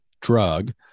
drug